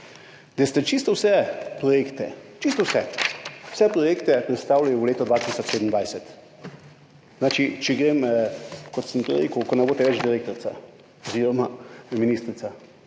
da ste čisto vse projekte, čisto vse, vse projekte prestavili v leto 2027. Če grem, kot sem prej rekel, ko ne boste več direktorica oziroma ministrica.